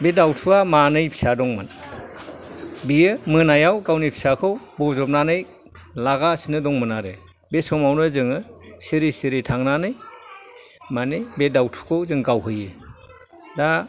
बे दावथुआ मानै फिसा दंमोन बियो मोनायाव गावनि फिसाखौ बजबनानै लागासिनो दंमोन आरो बे समावनो जोङो सिरि सिरि थांनानै मानि बे दावथुखौ जों गावहैयो दा